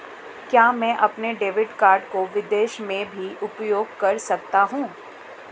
क्या मैं अपने डेबिट कार्ड को विदेश में भी उपयोग कर सकता हूं?